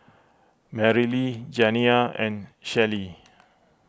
Marilee Janiyah and Shellie